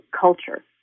culture